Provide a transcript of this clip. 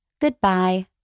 Goodbye